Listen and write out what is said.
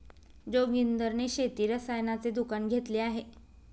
जोगिंदर ने शेती रसायनाचे दुकान घेतले आहे